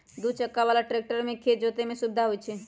दू चक्का बला ट्रैक्टर से खेत जोतय में सुविधा होई छै